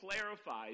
clarifies